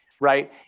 right